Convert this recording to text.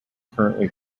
currently